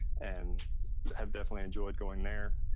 and have definitely enjoyed going there.